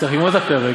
צריך לגמור את הפרק.